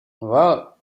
well